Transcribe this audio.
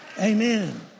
Amen